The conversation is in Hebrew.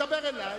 תדבר אלי.